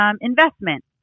investment